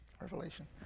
Revelation